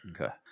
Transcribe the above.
Okay